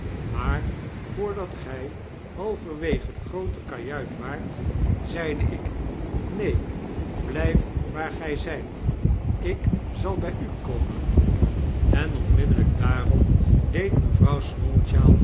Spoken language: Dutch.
maar voordat gij halverwege de groote kajuit waart zeide ik neen bljjf waar g-y zflt ik zal by u komen en onmiddellyk daarop deed mevrouw